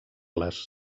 les